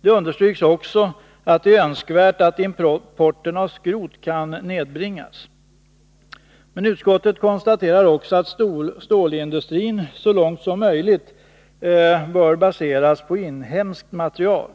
Det understryks också att det är önskvärt att importen av skrot kan nedbringas. Utskottet konstaterar också att stålindustrin så långt som möjligt bör baseras på inhemskt material.